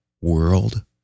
world